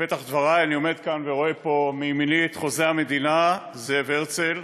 בפתח דבריי אני עומד כאן ורואה מימיני את חוזה המדינה זאב הרצל,